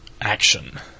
action